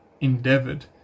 endeavored